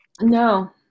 No